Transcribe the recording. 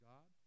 God